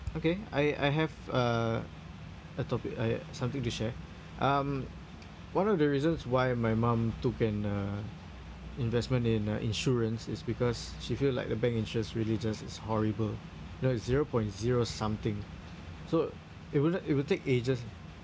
okay I I have uh a topic I something to share um one of the reasons why my mum took an uh investment in uh insurance is because she feel like the bank interest really just is horrible you know it's zero point zero something so it will not it will take ages